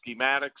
schematics